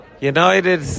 United